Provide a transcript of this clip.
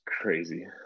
crazy